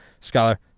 Scholar